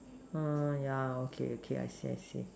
yeah okay okay I see I see